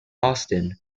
austen